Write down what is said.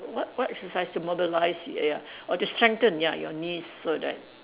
what what exercise to mobilise ya ya or to strengthen ya your knees so that